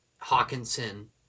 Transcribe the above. Hawkinson